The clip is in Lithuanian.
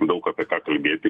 daug apie ką kalbėti